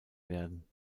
werden